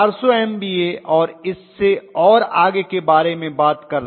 आप 400MVA और इससे और आगे के बारे में बात कर रहे हैं